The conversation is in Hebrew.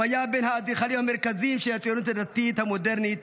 הוא היה מהאדריכלים המרכזיים של הציונות הדתית המודרנית,